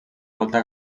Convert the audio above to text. volta